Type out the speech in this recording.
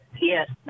Yes